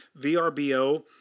VRBO